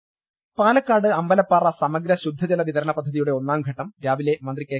ലലലലല പാലക്കാട് അമ്പലപ്പാറ സമഗ്ര ശുദ്ധജല വിതരണ പദ്ധ തിയുടെ ഒന്നാംഘട്ടം രാവിലെ മന്ത്രി കെ